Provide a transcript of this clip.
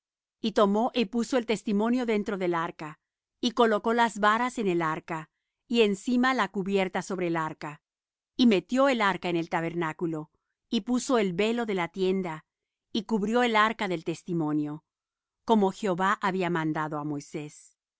y tomó y puso el testimonio dentro del arca y colocó las varas en el arca y encima la cubierta sobre el arca y metió el arca en el tabernáculo y puso el velo de la tienda y cubrió el arca del testimonio como jehová había mandado á moisés